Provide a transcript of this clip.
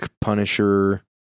Punisher